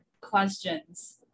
questions